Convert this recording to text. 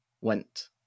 went